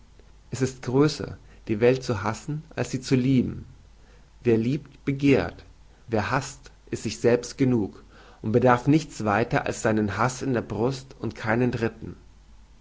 es ist größer die welt zu hassen als sie zu lieben wer liebt begehrt wer haßt ist sich selbst genug und bedarf nichts weiter als seinen haß in der brust und keinen dritten